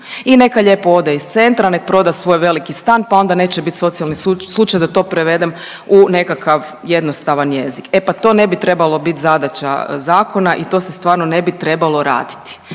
I neka lijepo ode iz centra, nek' proda svoj veliki stan, pa onda neće biti socijalni slučaj da to prevedem u nekakav jednostavan jezik. E pa to ne bi trebalo bit zadaća zakona i to se stvarno ne bi trebalo raditi.